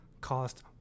cost